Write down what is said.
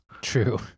true